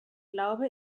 glaube